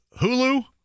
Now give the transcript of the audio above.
Hulu